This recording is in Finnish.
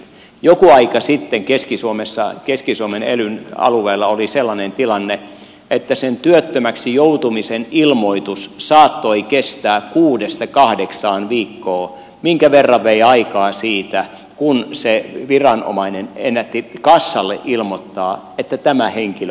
jokin aika sitten keski suomen elyn alueella oli sellainen tilanne että sen työttömäksi joutumisen ilmoitus saattoi kestää kuudesta kahdeksaan viikkoa minkä verran vei aikaa siitä kun se viranomainen ennätti kassalle ilmoittaa että tämä henkilö on työtön